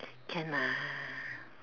can lah